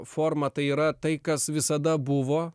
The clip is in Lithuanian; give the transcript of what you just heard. forma tai yra tai kas visada buvo